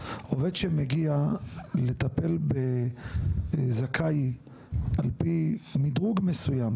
עובד שמגיע לטפל בזכאי על פי מדרג מסוים,